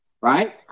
right